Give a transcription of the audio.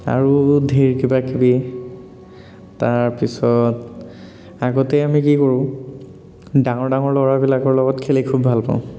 আৰু ধেৰ কিবা কিবি তাৰ পিছত আগতেই আমি কি কৰোঁ ডাঙৰ ডাঙৰ ল'ৰাবিলাকৰ লগত খেলি খুব ভাল পাওঁ